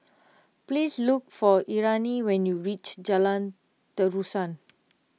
please look for Irena when you reach Jalan Terusan